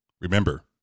Remember